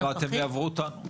עוד מעט הם יעברו אותנו.